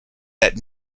that